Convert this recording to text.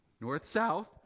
north-south